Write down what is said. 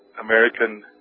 American